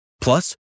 Plus